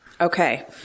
Okay